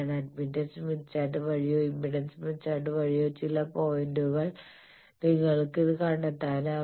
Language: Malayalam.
അഡ്മിറ്റൻസ് സ്മിത്ത് ചാർട്ട് വഴിയോ ഇംപെഡൻസ് സ്മിത്ത് ചാർട്ട് വഴിയോ ചില പോയിന്റിൽ നിങ്ങൾക്കിത് കണ്ടെത്താനാകും